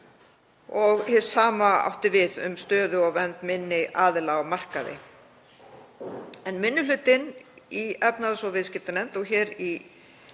og hið sama átti við um stöðu og vernd minni aðila á markaði. En minni hlutinn í efnahags- og viðskiptanefnd og hér í